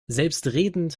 selbstredend